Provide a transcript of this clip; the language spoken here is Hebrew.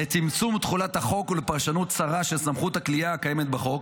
לצמצום תחולת החוק ולפרשנות צרה של סמכות הכליאה הקיימת בחוק